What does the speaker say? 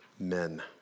men